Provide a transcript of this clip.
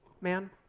man